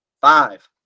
five